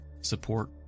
support